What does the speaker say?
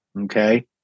Okay